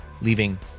leaving